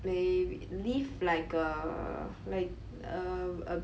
maybe leave like a like um uh